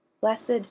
Blessed